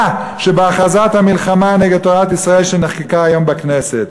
שבהכרזת המלחמה נגד תורת ישראל שנחקקה היום בכנסת.